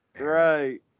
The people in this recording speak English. Right